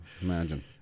Imagine